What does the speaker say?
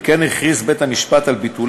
על כן הכריז בית-המשפט על ביטול